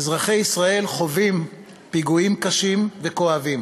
אזרחי ישראל חווים פיגועים קשים וכואבים.